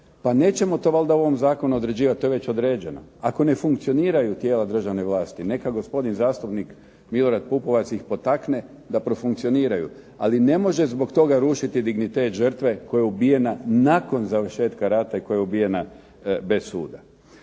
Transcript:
Pa nećemo valjda to u ovom Zakonu određivati, to je već određeno. Ako ne funkcioniraju tijela državne vlasti neka gospodin Milorad Pupovac ih potakne da profunkcioniraju ali ne može zbog toga rušiti dignitet žrtve koja je ubijena nakon završetka rata i koja je ubijena bez suda.